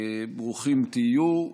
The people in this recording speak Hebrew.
ברוכים תהיו.